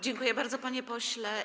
Dziękuję bardzo, panie pośle.